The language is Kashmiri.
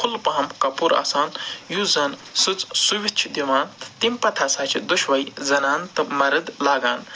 کھُلہٕ پَہَم کَپُر آسان یُس زن سٕژ سُوِتھ چھِ دِوان تہٕ تَمہِ پتہٕ ہسا چھِ دۄشؤے زنانہٕ تہٕ مرٕد لاگان